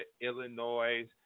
Illinois